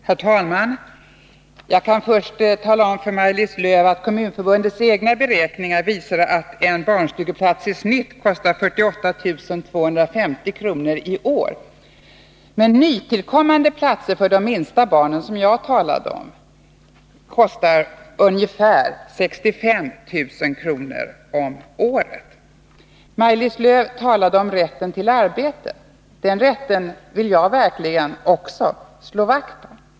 Herr talman! Jag skall först tala om för Maj-Lis Lööw att Kommunförbundets egna beräkningar visar att en barnstugeplats i snitt kostar 48 250 kr. i år. Men nytillkommande platser för de minsta barnen, som jag har talat om, kostar ungefär 65 000 kr. om året. Maj-Lis Lööw talar om rätten till arbete. Den rätten vill jag verkligen också slå vakt om.